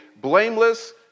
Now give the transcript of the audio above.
blameless